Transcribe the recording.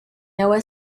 noah